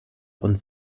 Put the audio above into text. und